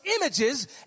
images